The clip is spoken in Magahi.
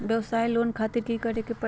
वयवसाय लोन खातिर की करे परी?